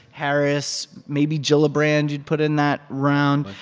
harris, maybe gillibrand you'd put in that round.